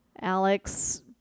Alex